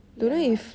ya